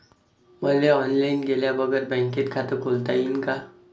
मले ऑनलाईन गेल्या बगर बँकेत खात खोलता येईन का?